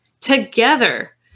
together